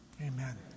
Amen